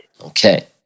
Okay